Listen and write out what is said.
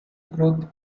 growth